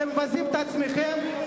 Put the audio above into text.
אתם מבזים את עצמכם,